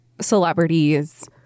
celebrities